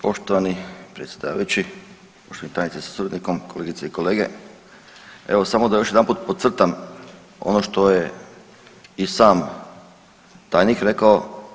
Poštovani predsjedavajući, poštovani tajniče sa suradnikom, kolegice i kolege, evo samo da još jedanput podcrtam ono što je i sam tajnik rekao.